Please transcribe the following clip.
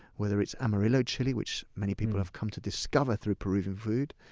whether it's amarillo chili, which many people have come to discover through peruvian food,